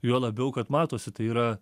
juo labiau kad matosi tai yra